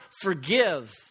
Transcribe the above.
forgive